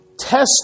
Test